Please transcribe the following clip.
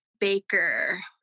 Baker